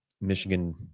Michigan